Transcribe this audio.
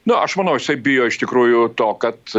na aš manau jisai bijo iš tikrųjų to kad